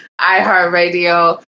iHeartRadio